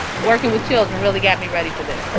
working with children. really get me ready for this